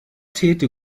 täte